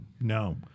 No